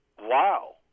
wow